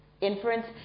Inference